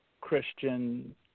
Christian